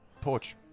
Porch